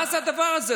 מה זה הדבר הזה?